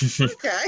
Okay